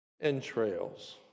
entrails